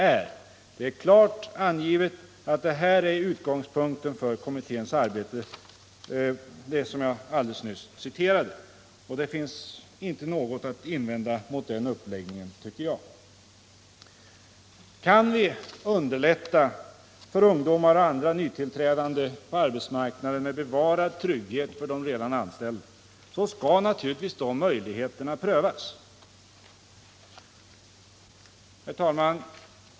Citatet anger klart utgångspunkten för kommitténs arbete i 7 den här frågan, och det finns enligt min mening inte något att invända emot den uppläggningen. Om vi med bevarad trygghet för de redan anställda kan underlätta för ungdomar och andra nytillträdande på arbetsmarknaden, skall naturligtvis de möjligheterna prövas. Herr talman!